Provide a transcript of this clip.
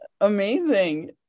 amazing